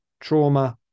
trauma